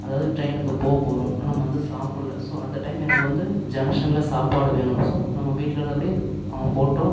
அதாவது ட்ரெயினுக்கு போக போகிறோம் நம்ம வந்து சாப்பிட்ல ஸோ அந்த டைம் எனக்கு வந்து ஜங்ஷனில் சாப்பாடு வேணும் ஸோ நம்ம வீட்டில் இருந்தபடியே நாம் போட்டோம்